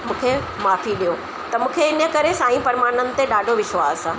मूंखे माफ़ी ॾियो त मूंखे इन करे साईं परमानंद ते ॾाढो विश्वास आहे